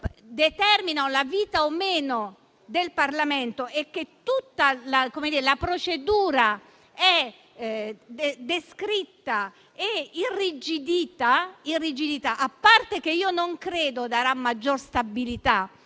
determinino la vita o meno del Parlamento, con tutta la procedura che è descritta e irrigidita, io non credo darà maggior stabilità